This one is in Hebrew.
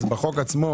ובחוק עצמו